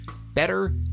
better